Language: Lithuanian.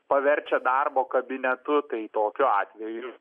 paverčia darbo kabinetu kai tokiu atveju